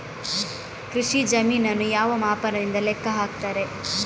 ಕೃಷಿ ಜಮೀನನ್ನು ಯಾವ ಮಾಪನದಿಂದ ಲೆಕ್ಕ ಹಾಕ್ತರೆ?